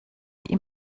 ihm